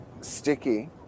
sticky